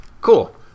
Cool